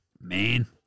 man